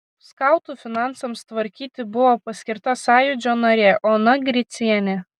skautų finansams tvarkyti buvo paskirta sąjūdžio narė ona gricienė